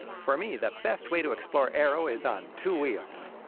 for me, the best way to explore aero is on two wheels.